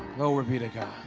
no repeater guy